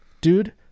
dude